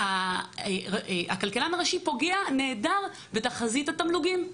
הכלכלן הראשי פוגע נהדר בתחזית התמלוגים.